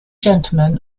gentleman